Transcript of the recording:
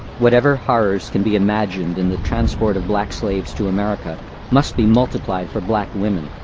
whatever horrors can be imagined in the transport of black slaves to america must be multiplied for black women,